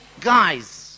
guys